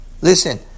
Listen